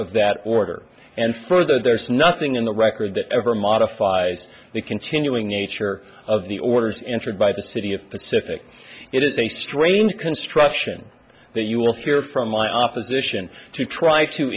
of that order and further there is nothing in the record that ever modifies the continuing nature of the orders entered by the city of pacific it is a strange construction that you will hear from my opposition to try to